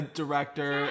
director